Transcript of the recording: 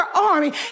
army